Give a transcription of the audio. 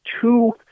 two